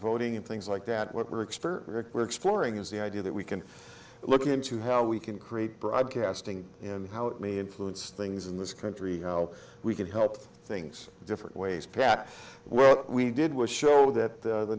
voting and things like that what works for rick we're exploring is the idea that we can look into how we can create broadcasting and how me influence things in this country how we can help things different ways pat well we did was show that